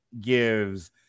gives